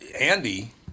Andy